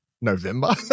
November